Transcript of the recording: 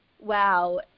Wow